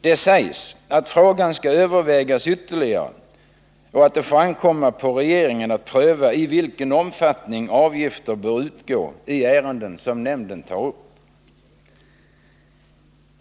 Det sägs att frågan skall övervägas ytterligare och att det får ankomma på regeringen att pröva i vilken omfattning avgifter bör utgå i ärenden som nämden tar upp.